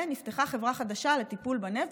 ונפתחה חברה חדשה לטיפול בנפט,